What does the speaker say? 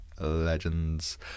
legends